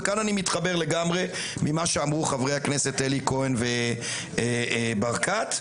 וכאן אני מתחבר למה שאמרו חברי הכנסת אלי כהן וניר ברקת,